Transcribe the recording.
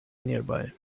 nearby